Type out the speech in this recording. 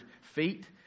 feet